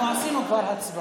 אנחנו כבר עשינו הצבעה.